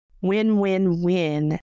Win-win-win